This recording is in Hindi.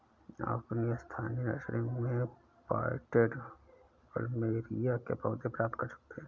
आप अपनी स्थानीय नर्सरी में पॉटेड प्लमेरिया के पौधे प्राप्त कर सकते है